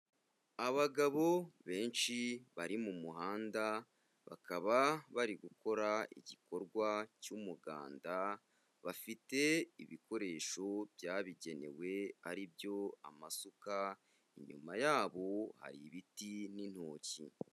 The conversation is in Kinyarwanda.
Abagabo benshi bari mu muhanda, bakaba bari gukora igikorwa cy'umuganda, bafite ibikoresho byabigenewe ari byo amasuka, inyuma yabo hari ibiti n'intoki.